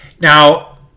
Now